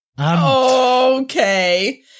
Okay